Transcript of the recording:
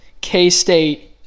K-State